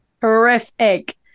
horrific